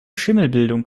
schimmelbildung